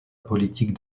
politique